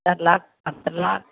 चारि लात मरतन लात